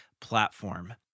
platform